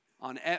On